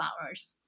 flowers